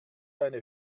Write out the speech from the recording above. eine